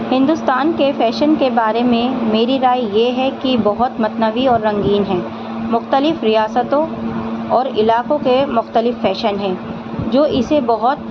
ہندوستان کے فیشن کے بارے میں میری رائے یہ ہے کہ بہت متنوی اور رنگین ہیں مختلف ریاستوں اور علاقوں کے مختلف فیشن ہیں جو اسے بہت